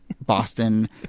Boston